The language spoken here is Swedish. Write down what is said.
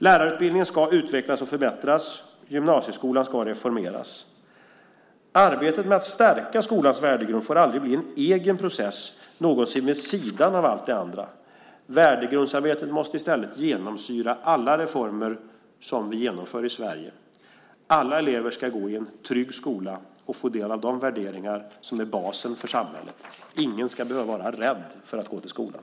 Lärarutbildningen ska utvecklas och förbättras, och gymnasieskolan ska reformeras. Arbetet med att stärka skolans värdegrund får aldrig bli en egen process, någonting vid sidan av allt det andra. Värdegrundsarbetet måste i stället genomsyra alla reformer som vi genomför i Sverige. Alla elever ska gå i en trygg skola och få del av de värderingar som är basen för samhället. Ingen ska behöva vara rädd för att gå till skolan.